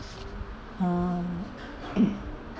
um